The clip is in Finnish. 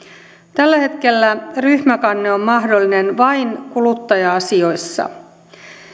tällä hetkellä ryhmäkanne on mahdollinen vain kuluttaja asioissa